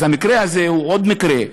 אז המקרה הזה הוא עוד מקרה,